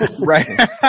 Right